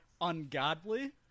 ungodly